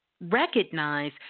recognize